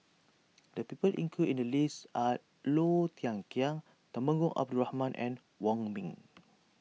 the people included in the list are Low Thia Khiang Temenggong Abdul Rahman and Wong Ming